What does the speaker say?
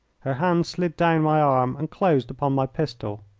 her hands slid down my arm and closed upon my pistol.